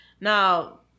Now